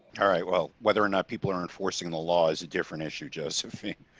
alright well whether or not people are enforcing the law is a different issue. josephine.